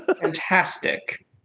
fantastic